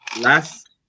last